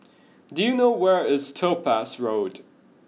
do you know where is Topaz Road